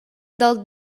del